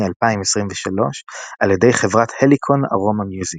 2023 על ידי חברת הליקון ארומה מיוזיק.